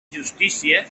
justícia